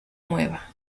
mueva